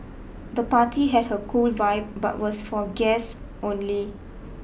the party had a cool vibe but was for guests only